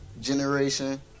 generation